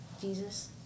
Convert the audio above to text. Jesus